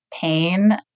pain